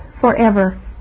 forever